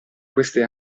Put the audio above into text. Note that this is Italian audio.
queste